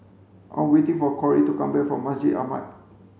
I'm waiting for Cory to come back from Masjid Ahmad